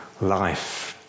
life